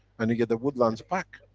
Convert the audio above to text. and you get the woodlands back.